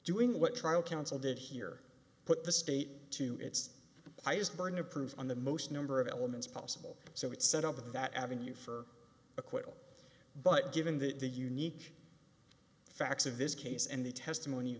doing what trial counsel did here put the state to its highest burden of proof on the most number of elements possible so it set up that avenue for acquittal but given that the unique facts of this case and the testimony